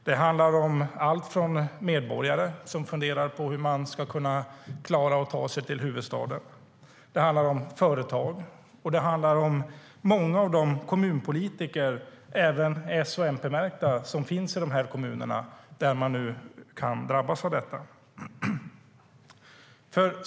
Det handlar om medborgare som funderar på hur man ska kunna ta sig till huvudstaden, om företag och om många av de kommunpolitiker, även S och MP-märkta, som finns i de kommuner där man nu kan drabbas av detta.